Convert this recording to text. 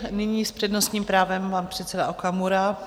Nyní s přednostním právem pan předseda Okamura.